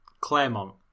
Claremont